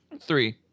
Three